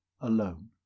alone